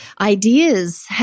ideas